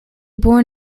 born